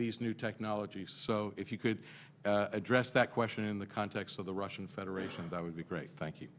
these new technologies so if you could address that question in the context of the russian federation that would be great thank you